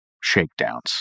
shakedowns